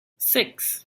six